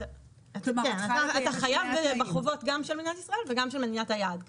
אתה חייב בחובות גם של מדינת ישראל וגם של מדינת היעד.